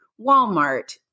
Walmart